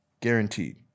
guaranteed